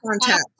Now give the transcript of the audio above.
contact